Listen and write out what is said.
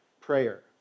prayer